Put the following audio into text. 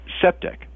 septic